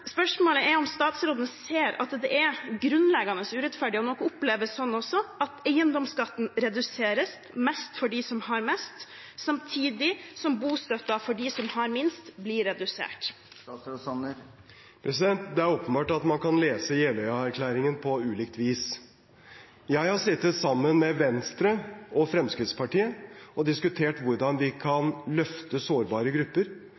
ser at det er grunnleggende urettferdig – og nok også oppleves slik – at eiendomsskatten reduseres mest for dem som har mest, samtidig som bostøtten for dem som har minst, blir redusert. Det er åpenbart at man kan lese Jeløya-erklæringen på ulikt vis. Jeg har sittet sammen med Venstre og Fremskrittspartiet og diskutert hvordan vi kan løfte sårbare grupper,